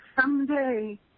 someday